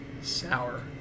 sour